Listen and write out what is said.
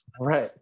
Right